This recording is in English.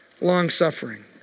Long-suffering